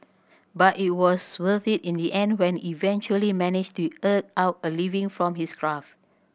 but it was worth it in the end when eventually managed to eke out a living from his craft